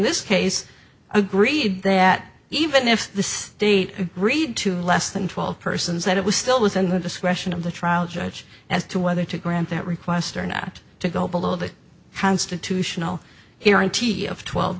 this case agreed that even if this read to less than twelve persons that it was still within the discretion of the trial judge as to whether to grant that request or not to go below the constitutional guarantee of twelve